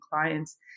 clients